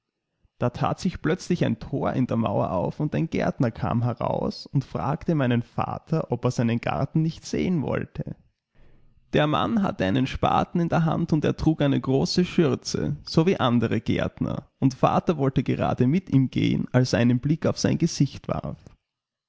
da tat sich plötzlich ein tor in der mauer auf und ein gärtner kam heraus und fragtemeinenvater oberseinengartennichtsehenwollte dermannhatte einen spaten in der hand und er trug eine große schürze so wie andere gärtner und vater wollte gerade mit ihm gehen als er einen blick auf sein gesichtwarf